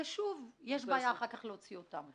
ואחר כך יש בעיה להוציא אותם.